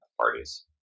parties